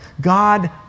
God